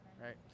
right